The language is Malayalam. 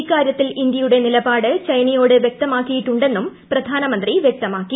ഇക്കാര്യത്തിൽ ഇന്ത്യയുടെ നിലപാട് ചൈനയോട് വ്യക്തമാക്കിയിട്ടുണ്ടെന്നും പ്രധാനമന്ത്രി വ്യക്തമാക്കി